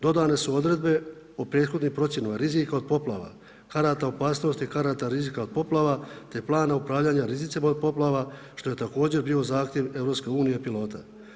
Dodane su odredbe o prethodnim procjenama rizika od poplava, karata opasnosti, karata rizika od poplava, te plana upravljanja rizicima od poplava što je također bio zahtjev Europske unije pilota.